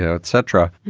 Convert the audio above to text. etc.